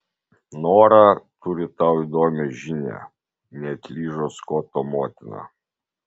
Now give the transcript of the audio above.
nora turi tau įdomią žinią neatlyžo skoto motina